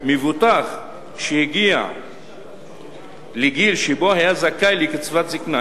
"מבוטח שהגיע לגיל שבו היה זכאי לקצבת זיקנה